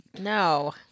No